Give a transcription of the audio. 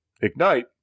Ignite